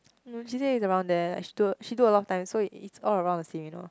no she say it's around there like she do she do a lot of times so it's all around the same you know